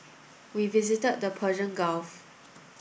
we visited the Persian Gulf